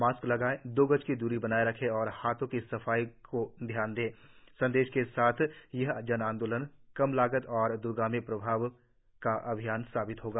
mask लगाएं दो गज की दूरी बनाए रखें और हाथों की साफ सफाई का ध्यान रखें संदेश के साथ यह जनआंदोलन कम लागत और द्रगामी प्रभाव का अभियान साबित होगा